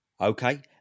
Okay